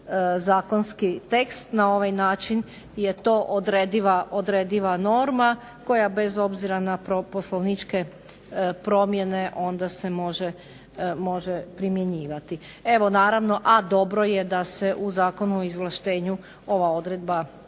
zakonski tekst. Na ovaj način je to odrediva norma koja bez obzira na poslovničke promjene onda se može primjenjivati. Evo naravno, a dobro je da se u Zakonu o izvlaštenju ova odredba